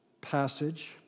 passage